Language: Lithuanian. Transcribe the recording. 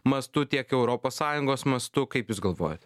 mastu tiek europos sąjungos mastu kaip jūs galvojat